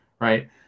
right